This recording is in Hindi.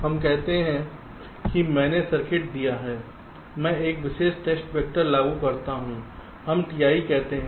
हम कहते हैं कि मैंने सर्किट दिया है मैं एक विशेष टेस्ट वेक्टर लागू करता हूं हम Ti कहते हैं